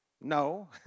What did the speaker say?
No